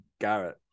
garrett